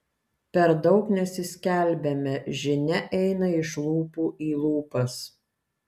per daug nesiskelbiame žinia eina iš lūpų į lūpas